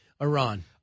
Iran